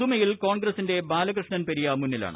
ഉദുമയിൽ കോൺഗ്രസിന്റെ ബാലകൃഷ്ണൻ പെരിയ മുന്നിലാണ്